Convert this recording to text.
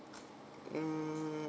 um